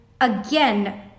again